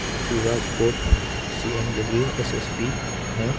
ꯁꯤꯔꯥꯁꯄꯣꯔꯠ C M W S S ꯕꯤꯅ